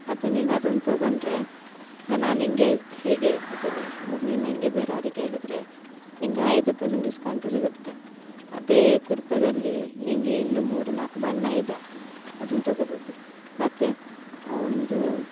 ಮತ್ತು ನೀನು ಅದನ್ನ ತೊಗೊಂಡ್ರೆ ಈಗ ನಾನಿಂಗೆ ಹೀಗೆ ಹೇಳ್ತಿದ್ದೀನಿ ನೀನು ಹಂಗೆ ಬೇರೆಯವ್ರಿಗೆ ಹೇಳಿದರೆ ನಿನಗೆ ಐದು ಪರ್ಸೆಂಟ್ ಡಿಸ್ಕೌಂಟು ಸಿಗುತ್ತೆ ಅದೇ ಕುರ್ತದಲ್ಲಿ ನಿನಗೆ ಇನ್ನೂ ಮೂರು ನಾಲ್ಕು ಬಣ್ಣ ಇದೆ ಅದನ್ನ ತೊಗೊಳ್ಬೋದು ಮತ್ತು ಒಂದು